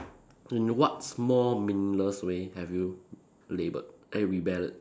in what small meaningless way have you labelled eh rebelled